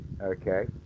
okay